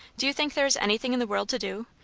do you think there is anything in the world to do?